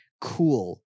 cool